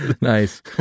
Nice